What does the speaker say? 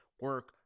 Work